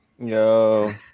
yo